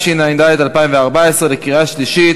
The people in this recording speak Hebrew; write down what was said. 6), התשע"ד 2014, בקריאה שלישית.